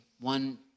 one